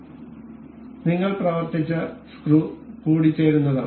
അതിനാൽ നിങ്ങൾ പ്രവർത്തിച്ച സ്ക്രൂ കൂടിച്ചേരുന്നതാണ്